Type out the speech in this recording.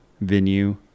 venue